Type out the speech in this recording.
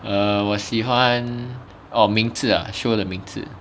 err 我喜欢 orh 名字啊 show 的名字